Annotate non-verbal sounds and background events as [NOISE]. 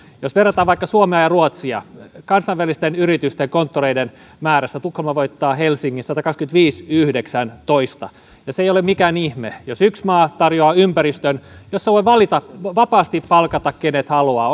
jos verrataan vaikka suomea ja ruotsia kansainvälisten yritysten konttoreiden määrässä tukholma voittaa helsingin satakaksikymmentäviisi viiva yhdeksäntoista ja se ei ole mikään ihme jos yksi maa tarjoaa ympäristön jossa voi vapaasti palkata kenet haluaa [UNINTELLIGIBLE]